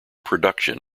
production